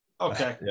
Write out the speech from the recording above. okay